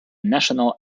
national